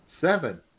Seven